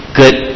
good